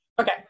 Okay